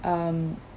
um